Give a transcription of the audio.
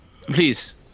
Please